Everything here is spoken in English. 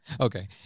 okay